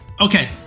Okay